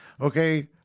Okay